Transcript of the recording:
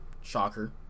shocker